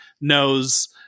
knows